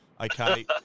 okay